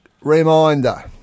reminder